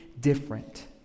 different